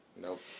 Nope